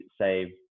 say